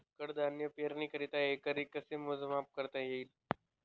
कडधान्य पेरणीकरिता एकरी कसे मोजमाप करता येईल?